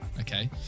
okay